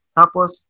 tapos